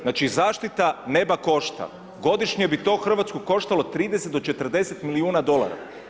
Znači zaštita neba košta, godišnje bi to Hrvatsku koštalo 30 do 40 milijuna dolara.